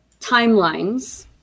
timelines